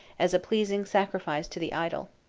as a pleasing sacrifice to the idol.